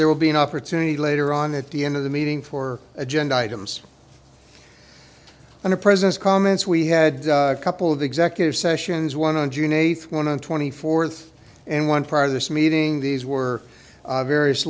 there will be an opportunity later on at the end of the meeting for agenda items on the president's comments we had a couple of executive sessions one on june eighth one and twenty fourth and one part of this meeting these were various